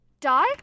Die